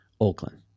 Oakland